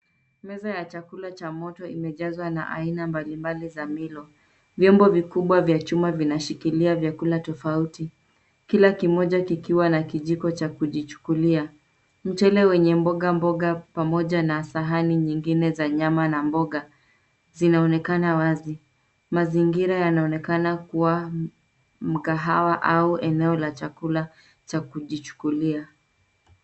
Meza ya chakula cha moto imejazwa na aina mbalimbali za milo. Vyombo vikubwa vya chuma vinashikilia vyakula tofauti, kila kimoja kikiwa na kijiko cha kujichukulia. Mchele wenye mboga mboga pamoja na sahani nyingine za nyama na mboga, zinaonekana wazi. Mazingira yanaonekana kuwa mkahawa au eneo la chakula cha kujichukulia.